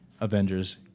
Avengers